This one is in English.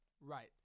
Right